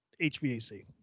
HVAC